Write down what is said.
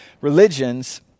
religions